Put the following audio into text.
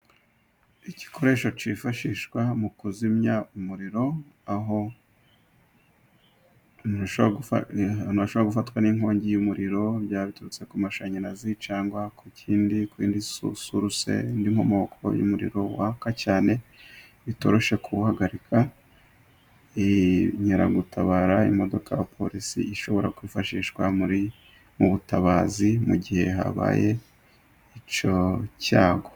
Igikoresho cyifashishwa mu kuzimya umuriro aho abantu bashobora gufatwa n'inkongi y'umuriro, byaba biturutse ku mashanyarazi cyangwa ku kindi kuyindi suruse, n'inkomoko y'umuriro waka cyane bitoroshye kuwuhagarika, inkeragutabara, imodoka, polisi ishobora kwifashishwa muri mu butabazi mu gihe habaye icyo cyago.